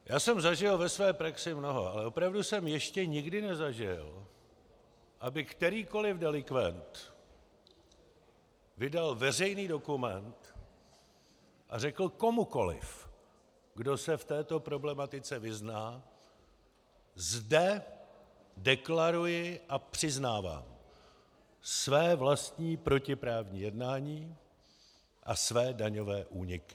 Já jsem zažil ve své praxi mnoho, ale opravdu jsem ještě nikdy nezažil, aby kterýkoliv delikvent vydal veřejný dokument a řekl komukoliv, kdo se v této problematice vyzná: zde deklaruji a přiznávám své vlastní protiprávní jednání a své daňové úniky.